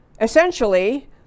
essentially